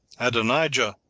adonijah,